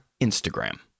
Instagram